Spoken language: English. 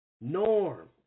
Norm